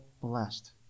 blessed